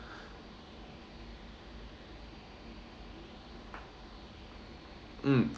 mm